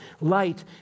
Light